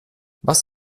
was